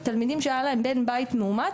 תלמידים שהיה להם בן בית מאומת,